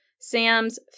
Sam's